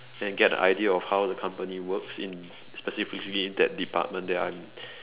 then get an idea of how the company works in specifically that department that I'm